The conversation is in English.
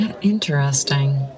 Interesting